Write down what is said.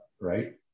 right